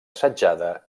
assetjada